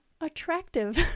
attractive